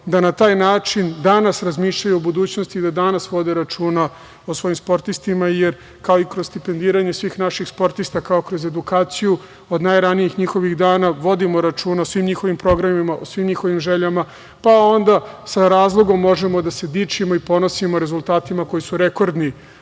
da na taj način danas razmišljaju o budućnosti i da danas vode računa o svojim sportistima. Jer, kao i kroz stipendiranje svih naših sportista, kao kroz edukaciju od najranijih njihovih dana, vodimo računa o svim njihovim programima, o svim njihovim željama, pa onda sa razlogom možemo da se dičimo i ponosimo rezultatima koji su rekordni